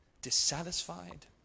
dissatisfied